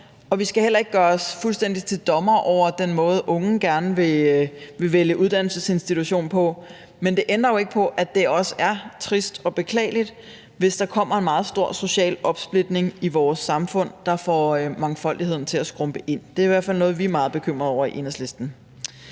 vi skal heller ikke fuldstændig gøre os til dommere over den måde, som unge gerne vil vælge uddannelsesinstitution på. Men det ændrer jo ikke på, at det også er trist og beklageligt, hvis der kommer en meget stor social opsplitning i vores samfund, der får mangfoldigheden til at skrumpe ind. Det er i hvert fald noget, som vi er meget bekymrede over i Enhedslisten.